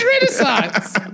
Renaissance